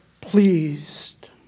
pleased